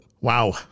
Wow